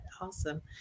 Awesome